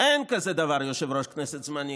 אין דבר כזה, יושב-ראש כנסת זמני.